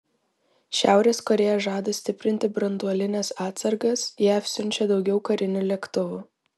šiaurės korėja žada stiprinti branduolines atsargas jav siunčia daugiau karinių lėktuvų